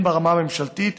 הן ברמה הממשלתית,